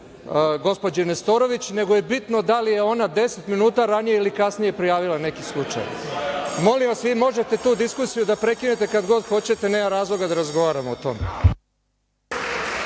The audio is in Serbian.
gospođi Nestorović nego je bitno da li je ona deset minuta ranije ili kasnije prijavila neki slučaj. Molim vas, vi možete tu diskusiju da prekinete kad god hoćete nemamo razloga da razgovaramo o tome.